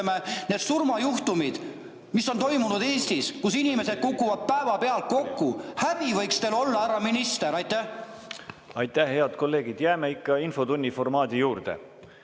Aitäh! Head kolleegid, jääme ikka infotunni formaadi juurde!